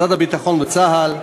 משרד הביטחון וצה"ל,